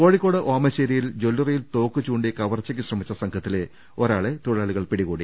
കോഴിക്കോട് ഓമശ്ശേരിയിൽ ജല്ലറിയിൽ തോക്ക് ചൂണ്ടി കവർച്ചയ്ക്ക് ശ്രമിച്ച സംഘത്തിലെ ഒരാളെ തൊഴിലാളി കൾ പിടികൂടി